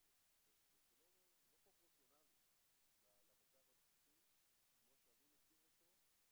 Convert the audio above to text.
זה לא פרופורציונלי למצב הנוכחי כמו שאני מכיר אותו.